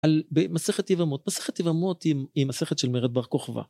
על מסכת יבמות, מסכת יבמות היא מסכת של מרד בר כוכבא